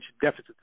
deficit